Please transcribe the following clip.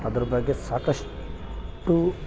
ಅದ್ರ ಬಗ್ಗೆ ಸಾಕಷ್ಟು